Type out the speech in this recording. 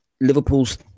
Liverpool's